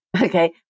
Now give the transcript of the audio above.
okay